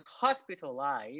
hospitalized